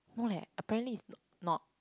no leh apparently is not